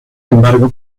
embargo